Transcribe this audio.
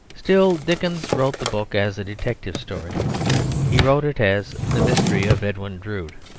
still, dickens wrote the book as a detective story he wrote it as the mystery of edwin drood.